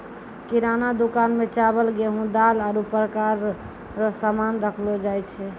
किराना दुकान मे चावल, गेहू, दाल, आरु प्रकार रो सामान राखलो जाय छै